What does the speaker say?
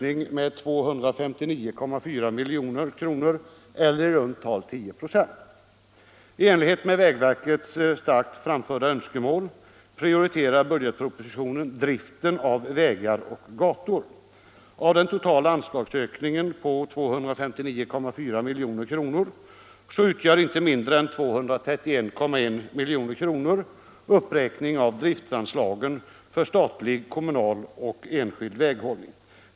I enlighet med vägverkets starkt framförda önskemål prioriterar budgetpropositionen driften av vägar och gator. Av den totala anslagsökningen på 259,4 milj.kr. utgör inte mindre än 231,1 milj.kr. uppräkning av driftanslaget för statlig, kommunal och enskild väghållning.